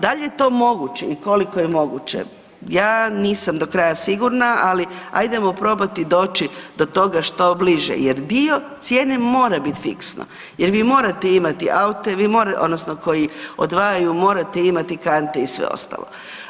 Da li je to moguće i koliko je moguće, ja nisam do kraja sigurna, ali ajdemo probati doći do toga što bliže jer dio cijene mora biti fiksno jer vi morate imati aute, vi morate, odnosno koji odvajaju, morate imati kante i sve ostalo.